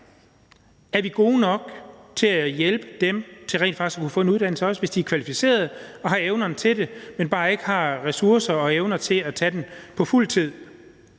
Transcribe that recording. Er vi gode nok til at hjælpe dem til rent faktisk at få en uddannelse, hvis de er kvalificeret og har evnerne til det, men bare ikke har ressourcer og evner til at tage uddannelsen på fuld tid?